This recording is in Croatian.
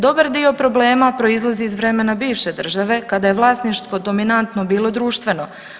Dobar dio problema proizlazi iz vremena bivše države kada je vlasništvo dominantno bilo društveno.